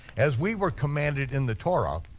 as we were commanded in the torah,